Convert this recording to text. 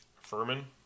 Furman